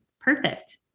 Perfect